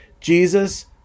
Jesus